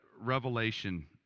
Revelation